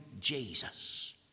Jesus